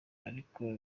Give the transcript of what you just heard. ariko